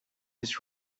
his